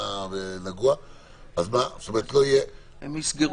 אני מזכיר,